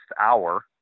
hour